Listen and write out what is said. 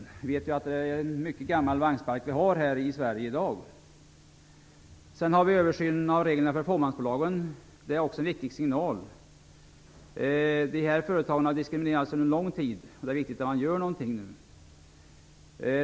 Vi vet att vi i dag har en mycket gammal vagnpark här i Sedan har vi översynen av reglerna för fåmansbolagen. Det är också en viktig signal. Dessa företagare har diskriminerats under lång tid. Det är viktigt att man nu gör någonting.